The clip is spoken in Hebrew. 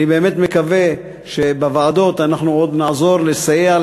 אני באמת מקווה שבוועדות אנחנו עוד נעזור לסייע,